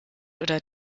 oder